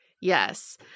Yes